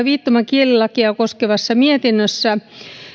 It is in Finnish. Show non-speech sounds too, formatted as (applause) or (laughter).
(unintelligible) viittomakielilakia koskevassa mietinnössä